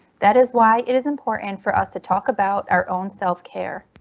that is why it is important for us to talk about our own self care.